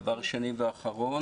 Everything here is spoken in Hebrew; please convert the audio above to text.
דבר שני ואחרון,